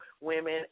women